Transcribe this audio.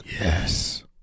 Yes